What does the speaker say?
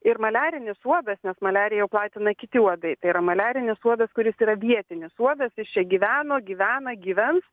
ir maliarinis uodas nes maliariją jau platina kiti uodai tai yra maliarinis uodas kuris yra vietinis uodas jis čia gyveno gyvena gyvens